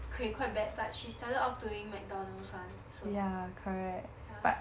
okay quite bad but she started off doing McDonald's one so ya